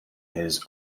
his